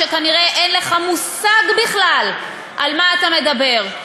כשכנראה אין לך מושג בכלל על מה אתה מדבר,